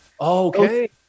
Okay